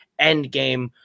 endgame